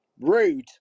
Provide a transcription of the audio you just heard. Rude